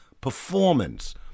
performance